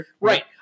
Right